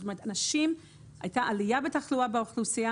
זאת אומרת: הייתה עלייה בתחלואה באוכלוסייה